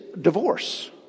divorce